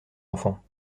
enfants